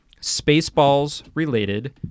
Spaceballs-related